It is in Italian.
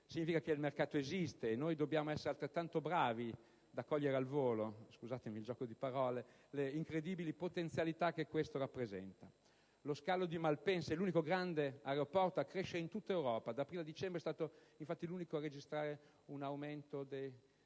Significa che il mercato esiste e noi dobbiamo essere altrettanto bravi da cogliere al volo, e scusate il gioco di parole, le incredibili potenzialità che questo rappresenta. Lo scalo di Malpensa è l'unico grande aeroporto a crescere in tutta Europa: da aprile a dicembre è stato infatti l'unico a registrare un aumento del